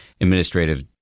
administrative